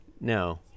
No